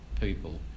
people